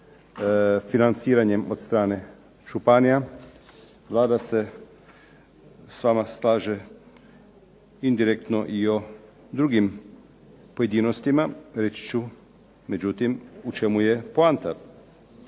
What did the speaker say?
financiranjem od strane županija. Vlada se s vama slaže indirektno i o drugim pojedinostima. Reći ću međutim u čemu je poanta.